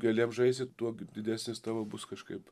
gali apžaisti tuo didesnis tavo bus kažkaip